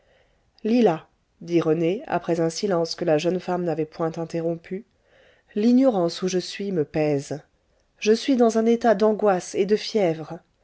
lila dit rené après un silence que la jeune femme n'avait point interrompu l'ignorance où je suis me pèse je suis dans un état d'angoisse et de fièvre